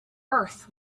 earth